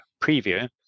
preview